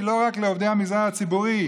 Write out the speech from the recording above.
כי לא רק לעובדי המגזר הציבורי,